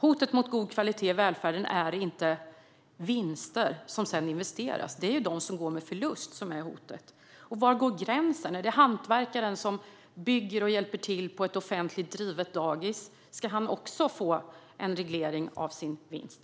Hotet mot god kvalitet i välfärden är inte vinster som sedan investeras. Det är de verksamheter som går med förlust som är hotet. Och var går gränsen? Är det vid hantverkaren som bygger och hjälper till på ett offentligt drivet dagis? Ska han också få en reglering av sin vinst?